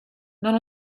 non